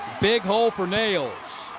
big hole for nails.